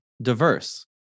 diverse